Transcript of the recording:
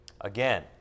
Again